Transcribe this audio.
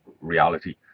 reality